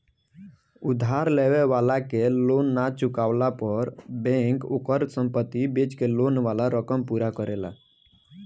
उधार लेवे वाला के लोन ना चुकवला पर बैंक ओकर संपत्ति बेच के लोन वाला रकम पूरा करेला